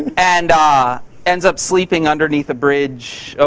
and and ah ends up sleeping underneath a bridge.